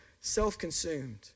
self-consumed